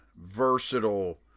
versatile